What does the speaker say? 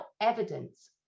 evidence